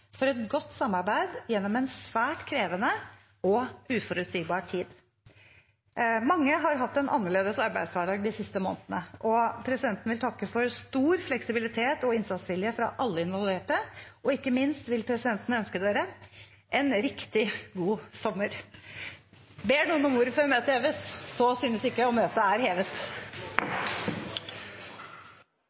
for et godt samarbeid gjennom en svært krevende og uforutsigbar tid. Mange har hatt en annerledes arbeidshverdag de siste månedene, og presidenten vil takke for stor fleksibilitet og innsatsvilje fra alle involverte. Ikke minst vil presidenten ønske dere en riktig god sommer! Ber noen om ordet før møtet heves? – Så synes ikke og møtet er hevet.